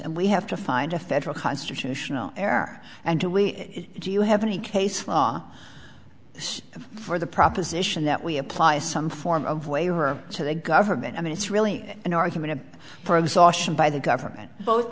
and we have to find a federal constitutional there and do we do you have any case law for the proposition that we apply some form of way or to the government i mean it's really an argument a by the government both